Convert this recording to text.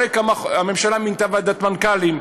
הממשלה מינתה ועדת מנכ"לים.